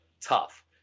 tough